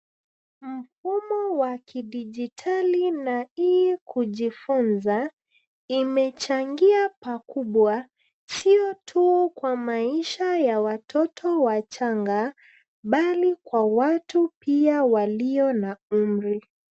Mfumo wa kidijitali na hii kujifunza imechangia pakubwa sio tu kwa maisha ya watoto wachanga bali pia kwa watu walio na umri.